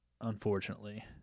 unfortunately